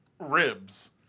ribs